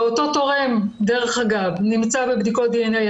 ואותו תורם דרך אגב נמצא בבדיקות דנ"א,